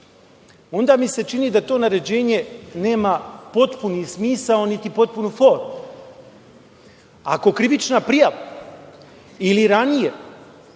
onda mi se čini da to naređenje nema potpuni smisao, niti potpunu formu. Ako krivična prijava ili ranije